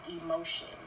emotion